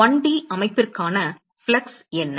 1 T அமைப்பிற்கான பாயம் flux என்ன